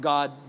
God